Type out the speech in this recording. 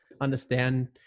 understand